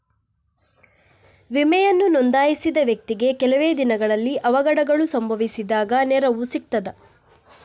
ವಿಮೆಯನ್ನು ನೋಂದಾಯಿಸಿದ ವ್ಯಕ್ತಿಗೆ ಕೆಲವೆ ದಿನಗಳಲ್ಲಿ ಅವಘಡಗಳು ಸಂಭವಿಸಿದಾಗ ನೆರವು ಸಿಗ್ತದ?